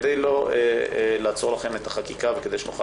כדי לא לעצור לכן את החקיקה וכדי שנוכל